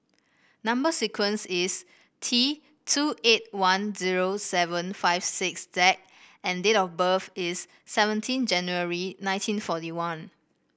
number sequence is T two eight one zero seven five six Z and date of birth is seventeen January nineteen forty one